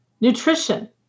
nutrition